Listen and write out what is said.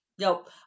nope